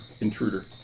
intruder